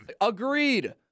Agreed